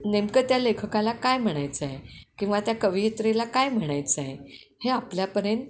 नेमकं त्या लेखकाला काय म्हणायचं आहे किंवा त्या कवयित्रीला काय म्हणायचं आहे हे आपल्यापर्यंत